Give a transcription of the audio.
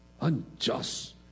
unjust